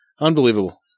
Unbelievable